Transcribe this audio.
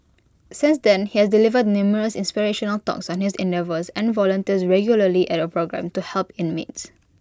since then he has delivered numerous inspirational talks on his endeavours and volunteers regularly at A programme to help inmates